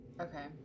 okay